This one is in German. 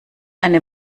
eine